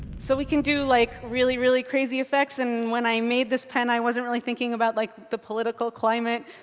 so we can do like really, really crazy effects. and when i made this pen, i wasn't really thinking about like the political climate.